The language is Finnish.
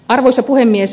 arvoisa puhemies